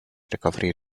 recovery